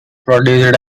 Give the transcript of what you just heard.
produced